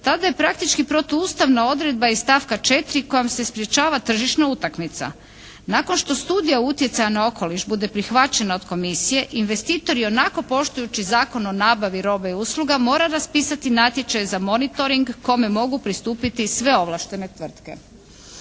tada je praktički protuustavna odredba iz stavka 4. kojom se sprječava tržišna utakmica. Nakon što studija utjecaja na okoliš bude prihvaćena od komisije investitori ionako poštujući Zakon o nabavi roba i usluga mora raspisati natječaj za monitoring kome mogu pristupiti sve ovlaštene tvrtke.